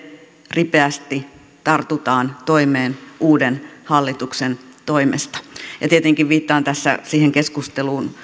ripeästi tartutaan toimeen uuden hallituksen toimesta tietenkin viittaan tässä siihen keskusteluun